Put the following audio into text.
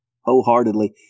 wholeheartedly